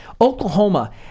Oklahoma